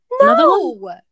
No